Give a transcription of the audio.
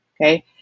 okay